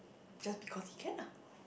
just because he can ah